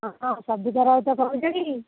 ହଁ ହଁ ସବିତା ରାଉତ କହୁଛ କି